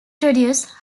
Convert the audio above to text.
produce